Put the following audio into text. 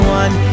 one